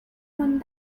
one